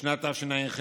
בשנת תשע"ח